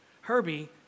Herbie